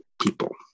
people